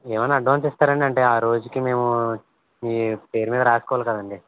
ఎమన్నా అడ్వాన్స్ ఇస్తారా అండి అంటే ఆ రోజుకి మేము ఈ పేరు మీద రాసుకోవాలి కదండి